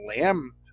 lamb